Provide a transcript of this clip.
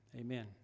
Amen